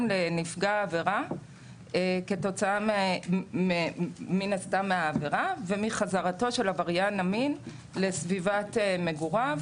לנפגע העבירה כתוצאה מהעבירה ומחזרתו של עבריין המין לסביבת מגוריו.